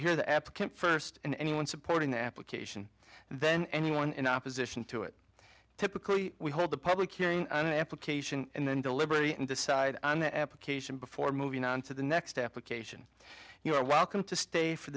hear the applicant first and anyone supporting the application then anyone in opposition to it typically we hold a public hearing and application and then deliberate and decide on the application before moving on to the next application you are welcome to stay for